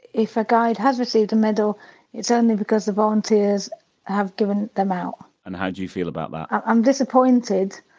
if a guide has received a medal it's only because the volunteers have given them out and how do you feel about that? i'm disappointed,